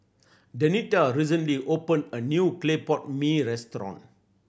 Denita recently opened a new clay pot mee restaurant